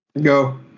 Go